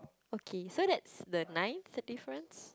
okay so that's the ninth the difference